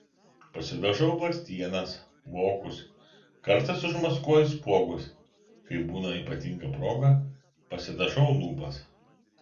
pasidažau blakstienas vokus kartais užmaskuoju spuogus kai būna ypatinga proga pasidažau lūpas